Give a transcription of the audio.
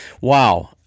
wow